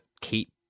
keep